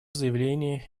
заявление